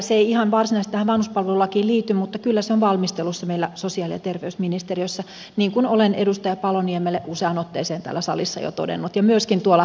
se ei ihan varsinaisesti tähän vanhuspalvelulakiin liity mutta kyllä se on valmistelussa meillä sosiaali ja terveysministeriössä niin kuin olen edustaja paloniemelle useaan otteeseen täällä salissa jo todennut ja myöskin tuolla käytävän puolella